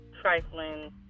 trifling